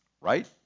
right